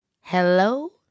hello